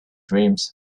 dreams